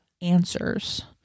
answers